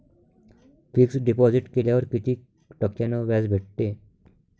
Fix deposit केल्यावर कितीक टक्क्यान व्याज भेटते?